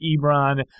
Ebron